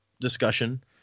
discussion